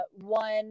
one